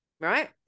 right